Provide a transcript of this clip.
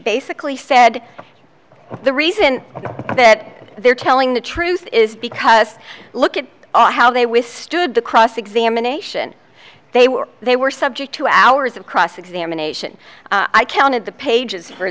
basically said the reason that they're telling the truth is because look at all how they withstood the cross examination they were they were subject to hours of cross examination i counted the pages for